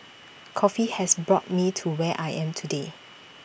coffee has brought me to where I am today